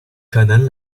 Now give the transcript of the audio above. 可能